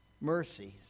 mercies